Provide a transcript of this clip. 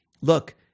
look